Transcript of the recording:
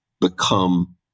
become